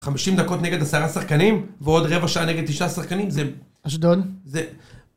50 דקות נגד עשרה שחקנים, ועוד רבע שעה נגד תשעה שחקנים, זה... אשדוד. זה...